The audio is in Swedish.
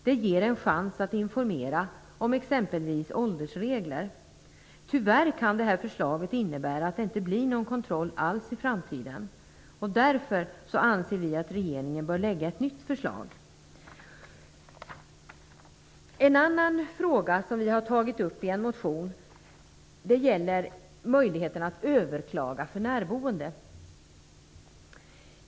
Det ger en chans att informera om exempelvis åldersregler. Tyvärr kan förslaget innebära att det inte blir någon kontroll alls i framtiden. Därför anser vi att regeringen bör lägga fram ett nytt förslag. En annan fråga som vi har tagit upp i en motion gäller möjligheten för närboende att överklaga.